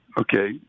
Okay